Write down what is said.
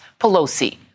Pelosi